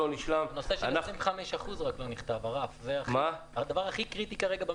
הנושא של ה-25% זה הדבר הכי קריטי עכשיו.